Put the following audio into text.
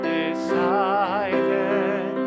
decided